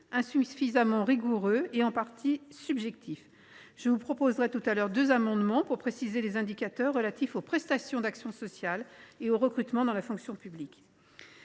insuffisamment rigoureux et en partie subjectifs. Je vous proposerai tout à l’heure deux amendements visant à préciser les indicateurs relatifs aux prestations d’action sociale et au recrutement dans la fonction publique.